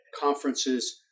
conferences